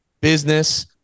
business